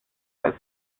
als